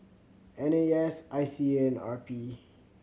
N A S I C A and R P